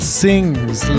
sings